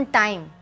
time